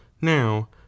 Now